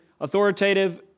authoritative